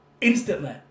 instantly